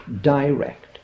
direct